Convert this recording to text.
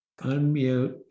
Unmute